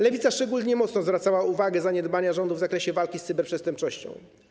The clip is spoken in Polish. Lewica szczególnie mocno zwracała uwagę na zaniedbania rządu w zakresie walki z cyberprzestępczością.